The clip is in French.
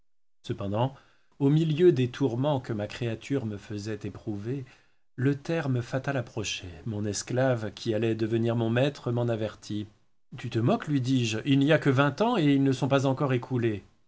cependant au milieu des tourmens que ma créature me faisait éprouver le terme fatal approchait mon esclave qui allait devenir mon maître m'en avertit tu te moques lui dis-je il n'y a que vingt ans et ils ne sont pas encore écoulés